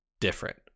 different